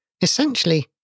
Essentially